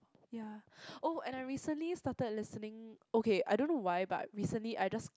ya oh and I recently started listening okay I don't know why but recently I just